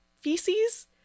feces